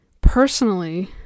personally